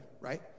right